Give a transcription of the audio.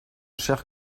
cher